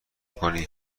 کنی